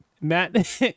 Matt